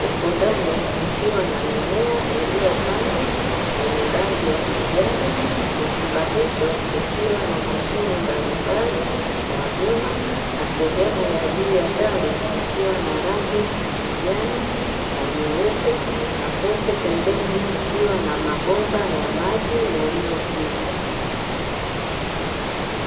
huku ndani kukiwa na mimea iliyopandwa yenye rangi ya kijani, na chumba hicho kikiwa na mashine mbalimbali na vyuma, na sehemu ya juu ya dari kukiwa na rangi ya kijani na nyeupe na huku pembeni kukiwa na mabomba ya maji yaliyopita.